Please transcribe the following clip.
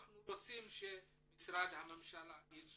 אנחנו נשלח פניה לכל השרים הרלבנטיים